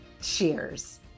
Cheers